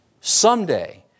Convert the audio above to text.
someday